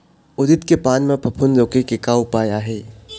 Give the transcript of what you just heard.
उरीद के पान म फफूंद रोके के का उपाय आहे?